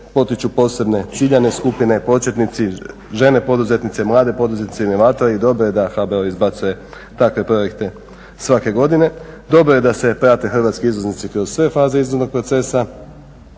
potiču posebne ciljane skupine, početnici, žene poduzetnice, mlade poduzetnice … i dobro je da HBOR izbacuje takve projekte svake godine. Dobro je da se prate hrvatski izvoznici kroz sve faze izvoznog procesa,